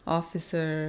Officer